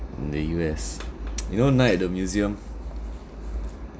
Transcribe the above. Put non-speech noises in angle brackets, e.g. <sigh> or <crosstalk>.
in the U_S <noise> you know night at the museum